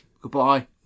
Goodbye